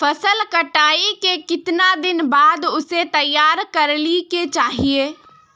फसल कटाई के कीतना दिन बाद उसे तैयार कर ली के चाहिए?